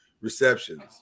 receptions